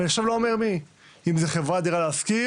ואני עכשיו לא אומר מי אם זו חברת "דירה להשכיר"